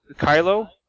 Kylo